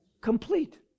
complete